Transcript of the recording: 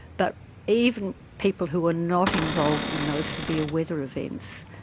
but even people who are not involved in those severe weather events,